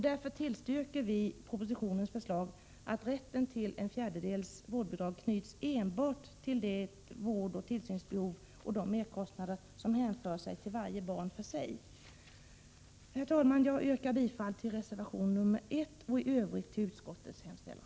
Därför tillstyrker vi propositionens förslag att rätten till ett fjärdedels vårdbidrag knyts enbart till det vårdoch tillsynsbehov samt de merkostnader som hänför sig till varje barn för sig. Herr talman! Jag yrkar bifall till reservation 1 och i övrigt till utskottets hemställan.